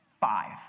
Five